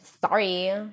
Sorry